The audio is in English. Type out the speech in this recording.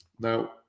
now